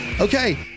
Okay